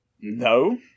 No